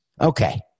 Okay